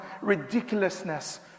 ridiculousness